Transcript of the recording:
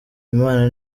imana